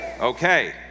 Okay